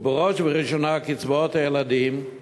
ובראש ובראשונה קצבאות הילדים,